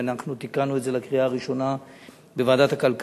ואנחנו תיקנו את זה לקראת הקריאה הראשונה בוועדת הכלכלה.